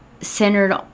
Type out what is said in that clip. centered